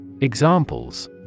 Examples